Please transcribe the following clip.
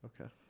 Okay